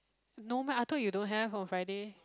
no meh I thought you don't have on Friday